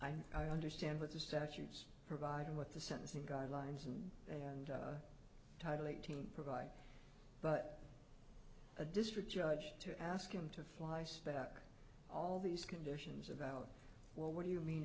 i'm i understand what the statues provided what the sentencing guidelines and title eighteen provide but a district judge to ask him to flyspeck all these conditions about well what do you mean